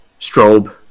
Strobe